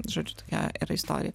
žodžiu tokia yra istorija